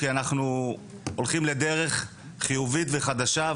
כי אנחנו הולכים לדרך חיובית וחדשה,